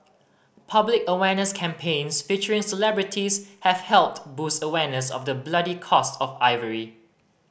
public awareness campaigns featuring celebrities have helped boost awareness of the bloody cost of ivory